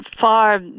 far